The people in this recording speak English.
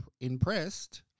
impressed